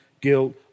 Guilt